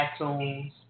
iTunes